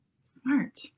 Smart